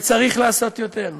וצריך לעשות יותר.